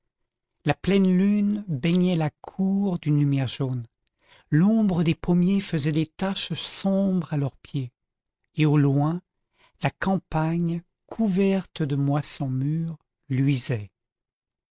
la pleine lune baignait la cour d'une lumière jaune l'ombre des pommiers faisait des taches sombres à leur pied et au loin la campagne couverte de moissons mûres luisait